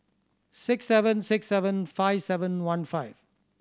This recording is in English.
six seven six seven five seven one five